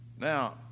now